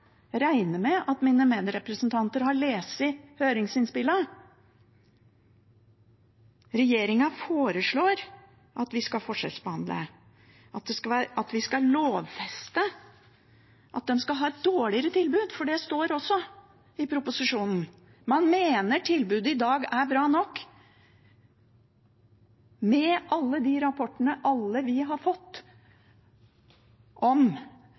regner med at mine medrepresentanter har lest høringsinnspillene. Regjeringen foreslår at vi skal forskjellsbehandle, at vi skal lovfeste at de skal ha et dårligere tilbud. Det står også i proposisjonen. Man mener tilbudet i dag er bra nok, med alle de rapportene vi alle har fått om